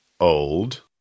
Old